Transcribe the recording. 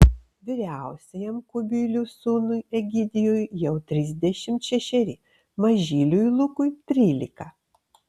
vyriausiajam kubilių sūnui egidijui jau trisdešimt šešeri mažyliui lukui trylika